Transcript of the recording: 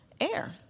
air